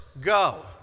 go